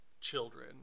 children